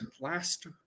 last